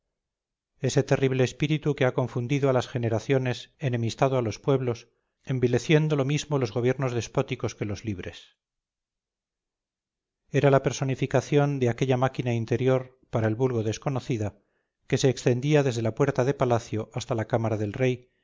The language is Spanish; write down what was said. ese temible espíritu que ha confundido a las generaciones enemistado a los pueblos envileciendo lo mismo los gobiernos despóticos que los libres era la personificación de aquella máquina interior para el vulgo desconocida que se extendía desde la puerta de palacio hasta la cámara del rey